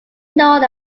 known